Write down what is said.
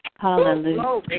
Hallelujah